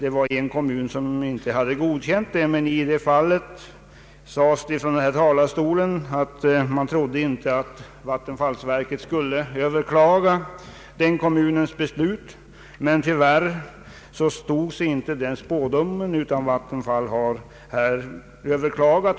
En kommun hade inte godkänt taxeringen, men då sades det från denna talarstol att man inte trodde att Vattenfall skulle överklaga den kommunens beslut. Tyvärr stod sig inte denna spådom, utan Vattenfall har överklagat.